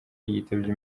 yitabye